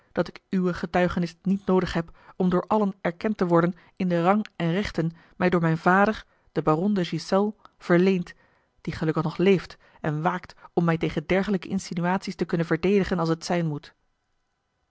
dat ik uwe getuigenis niet noodig heb om door allen erkend te worden in den rang en rechten mij door mijn vader den baron de ghiselles verleend die gelukkig nog leeft en waakt om mij tegen dergelijke insinuaties te kunnen verdedigen als het zijn moet